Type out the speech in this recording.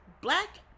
black